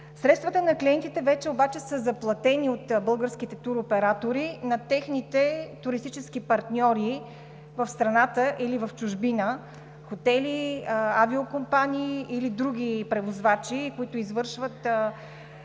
Средствата на клиентите обаче вече са заплатени от българските туроператори на техните туристически партньори в страната или в чужбина – хотели, авиокомпании или други превозвачи, които извършват